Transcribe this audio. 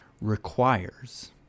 requires